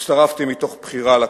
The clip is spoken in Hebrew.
הצטרפתי מתוך בחירה לקיבוץ.